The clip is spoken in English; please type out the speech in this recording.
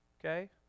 okay